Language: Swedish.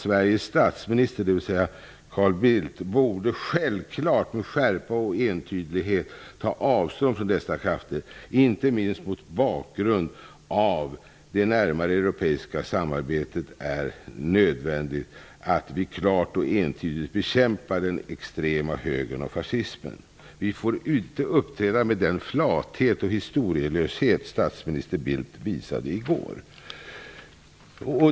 Bildt, borde självklart med skärpa och entydighet ta avstånd från dessa krafter. Inte minst mot bakgrund av det närmare europeiska samarbetet är det nödvändigt att vi klart och entydigt bekämpar den extrema högern och fascismen. Vi får inte uppträda med den flathet och historielöshet som statsminister Bildt visade i går.